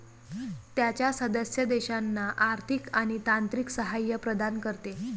त्याच्या सदस्य देशांना आर्थिक आणि तांत्रिक सहाय्य प्रदान करते